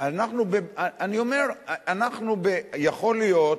יכול להיות,